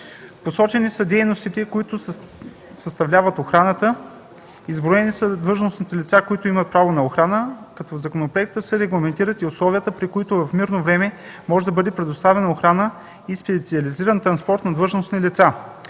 Посочени са дейностите, които съставляват охраната. Изброени са длъжностните лица, които имат право на охрана, като в законопроекта са регламентирани условията, при които в мирно време може да бъде предоставяна охрана и специализиран транспорт на длъжностни лица.